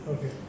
Okay